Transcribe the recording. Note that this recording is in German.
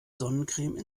sonnencreme